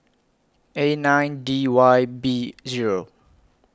A nine D Y B Zero